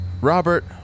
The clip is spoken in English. Robert